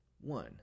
One